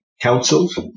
councils